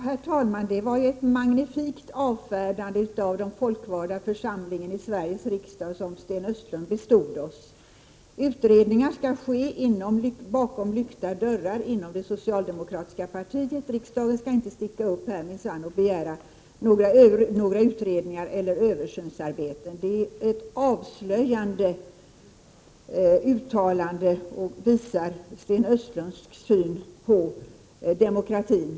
Herr talman! Det var ett magnifikt avfärdande av den folkvalda församlingen, Sveriges riksdag, som Sten Östlund bestod oss med. Utredningar skall ske bakom lyckta dörrar inom det socialdemokratiska partiet. Riksda Prot. 1988/89:25 gen skall minsann inte sticka upp och begära några utredningar eller något 16 november 1988 översynsarbete. Dessa avslöjande uttalanden visar Sten Östlunds syn på Gm GA demokratin.